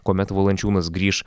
kuomet valančiūnas grįš